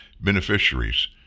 beneficiaries